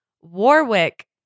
warwick